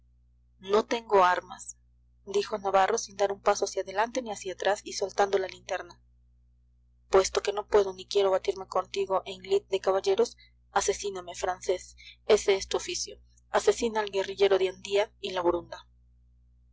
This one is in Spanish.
no tengo armas dijo navarro sin dar un paso hacia adelante ni hacia atrás y soltando la linterna puesto que no puedo ni quiero batirme contigo en lid de caballeros asesíname francés ese es tu oficio asesina al guerrillero de andía y la borunda